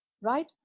right